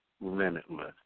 limitless